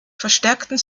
verstärkten